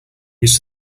used